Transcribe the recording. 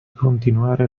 continuare